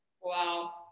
Wow